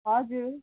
हजुर